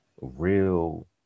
real